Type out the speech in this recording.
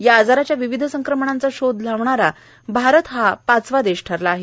या आजाराच्या विविध संक्रमणांचा शोध लावणारा भारत हा पाचवा देश ठरला आहे